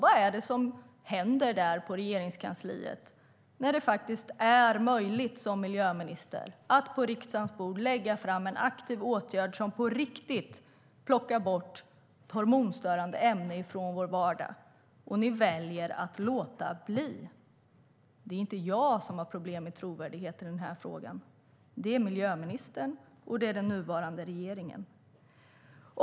Vad är det som händer på Regeringskansliet när man som miljöminister, trots att det faktiskt är möjligt att lägga fram en aktiv åtgärd på riksdagens bord som på riktigt plockar bort ett hormonstörande ämnen från vår vardag, väljer att låta bli? Det är inte jag som har problem med trovärdigheten i den här frågan. Det är miljöministern och den nuvarande regeringen.